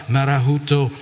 Marahuto